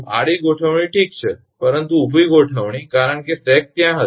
આડી ગોઠવણી ઠીક છે પરંતુ ઊભી ગોઠવણી કારણ કે સેગ ત્યાં હશે